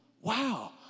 Wow